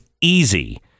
easy